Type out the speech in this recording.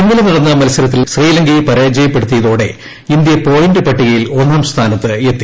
ഇന്നലെ നടന്ന മ്ത്ര്സരത്തിൽ ശ്രീലങ്കയെ പരാജയപ്പെടുത്തിയതോടെ ഇന്ത്യ പോയിന്റ് പ്ലിട്ടിക്ടിയിൽ ഒന്നാം സ്ഥാനത്ത് എത്തി